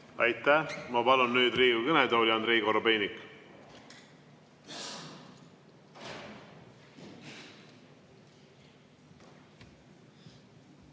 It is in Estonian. Aitäh! Ma palun nüüd Riigikogu kõnetooli Andrei Korobeiniku.